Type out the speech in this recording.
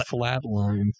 flatlined